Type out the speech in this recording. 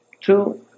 Two